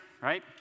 right